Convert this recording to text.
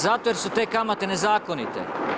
Zato jer su te kamate nezakonito.